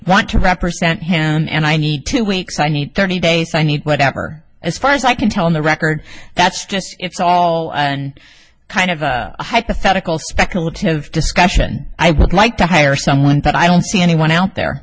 want to represent him and i need two weeks i need thirty days i need whatever as far as i can tell in the record that's just it's all and kind of a hypothetical speculative discussion i would like to hire someone to i don't see anyone out there